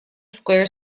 square